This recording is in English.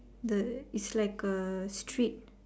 the is like a street